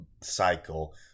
cycle